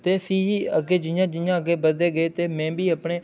ते फ्ही अग्गे जि'यां जि'यां अग्गे बधदे गे ते में बी अपने